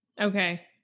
Okay